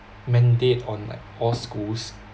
mandate on like all schools